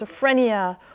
schizophrenia